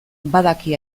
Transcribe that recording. badaki